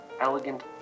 elegant